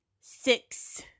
Six